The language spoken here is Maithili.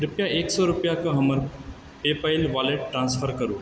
कृपया एक सए रुपैयाक हमर पेपैल वॉलेट ट्रान्सफर करू